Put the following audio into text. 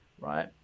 right